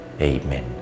Amen